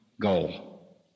goal